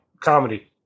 Comedy